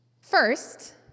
First